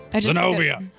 Zenobia